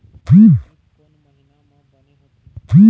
उरीद कोन महीना म बने होथे?